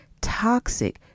toxic